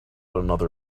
another